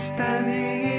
Standing